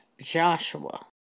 Joshua